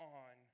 on